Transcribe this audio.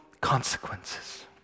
consequences